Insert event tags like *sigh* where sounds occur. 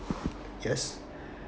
*breath* yes